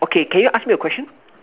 okay can you ask me a question